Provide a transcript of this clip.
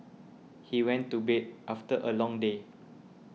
he went to bed after a long day